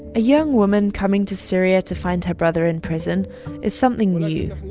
a young woman coming to syria to find her brother in prison is something new,